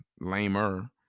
lamer